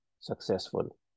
successful